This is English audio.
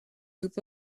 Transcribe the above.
group